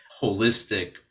holistic